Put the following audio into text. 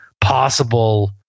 possible